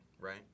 right